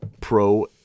Pro